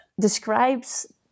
describes